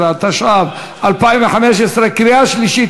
216), התשע"ו 2016, קריאה שלישית.